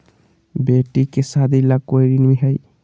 बेटी के सादी ला कोई ऋण हई?